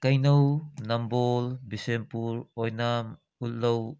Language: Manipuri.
ꯀꯩꯅꯧ ꯅꯝꯕꯣꯜ ꯕꯤꯁꯦꯝꯄꯨꯔ ꯑꯣꯏꯅꯥꯝ ꯎꯠꯂꯧ